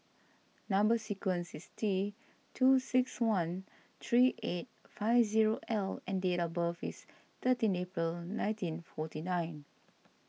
Number Sequence is T two six one three eight five zero L and date of birth is thirteen April nineteen forty nine